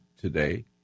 today